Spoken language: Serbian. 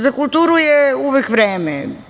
Za kulturu je uvek vreme.